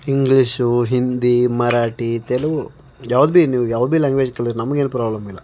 English Hindi Marathi Telugu ಯಾವ್ದು ಭೀ ನೀವು ಯಾವ್ದು ಭೀ ಲ್ಯಾಂಗ್ವೇಜ್ ಕಲೀರಿ ನಮ್ಗೇನು ಪ್ರಾಬ್ಲಮ್ ಇಲ್ಲ